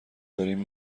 داریم